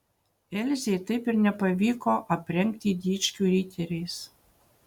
elzei taip ir nepavyko aprengti dičkių riteriais